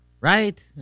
right